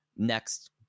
next